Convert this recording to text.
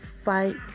fight